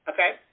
Okay